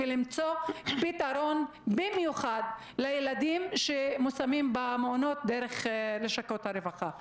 ולמצוא פתרון במיוחד לילדים שמושמים במעונות דרך לשכות הרווחה.